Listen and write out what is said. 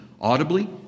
Audibly